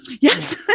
yes